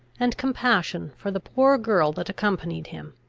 and compassion for the poor girl that accompanied him.